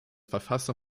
verfasser